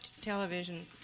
television